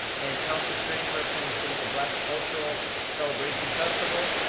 and councillor strange representing the city at the black cultural celebration festival.